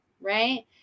right